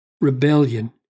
rebellion